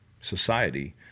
society